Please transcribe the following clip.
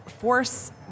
force